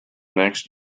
next